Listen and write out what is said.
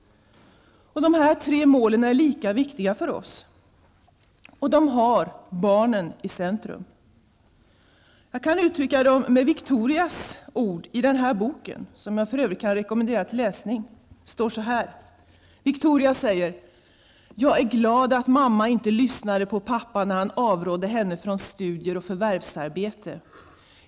De här tre målen är lika viktiga för oss, och de ställer barnen i centrum. Jag kan uttrycka dem med Victorias ord i samma bok, som jag för övrigt kan rekommendera till läsning. Victoria säger: ''Jag är glad att mamma inte lyssnade på pappa när han avrådde henne från studier och förvärvsarbete.